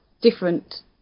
different